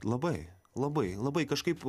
labai labai labai kažkaip